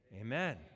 Amen